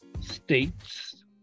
states